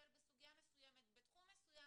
כשאנחנו מגיעים לטפל בסוגיה מסוימת ובתחום מסוים,